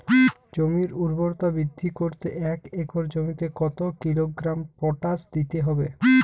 জমির ঊর্বরতা বৃদ্ধি করতে এক একর জমিতে কত কিলোগ্রাম পটাশ দিতে হবে?